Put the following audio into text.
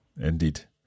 Indeed